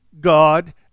God